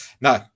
No